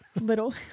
little